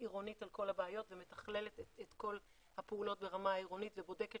עירונית על כל הבעיות ומתכללת את כל הפעולות ברמה העירונית ובודקת